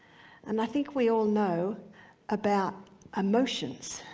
and i think we all know about emotions,